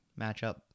matchup